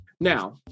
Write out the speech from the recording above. Now